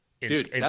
Dude